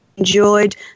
enjoyed